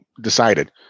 decided